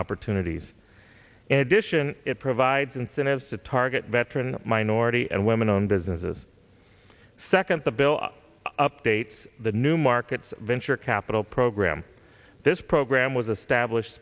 opportunities in addition it provides incentives to target veteran minority and women owned businesses second to villa updates the new markets venture capital program this program was established